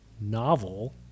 novel